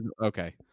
Okay